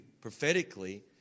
prophetically